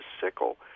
sickle